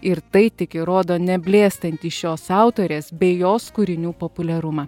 ir tai tik įrodo neblėstantį šios autorės bei jos kūrinių populiarumą